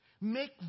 make